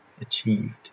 achieved